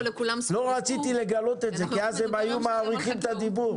לא רציתי לגלות את זה כי אז הם היו מאריכים בדיבור.